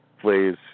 please